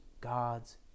God's